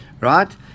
Right